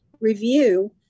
review